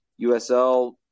USL